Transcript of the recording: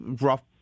rough